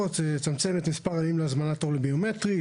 לצמצם את מספר הימים להזמנת תור לביומטרי,